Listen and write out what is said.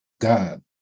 God